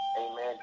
Amen